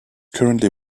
currently